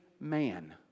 man